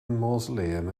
mausoleum